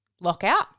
lockout